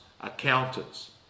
accountants